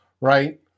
right